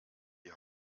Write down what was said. die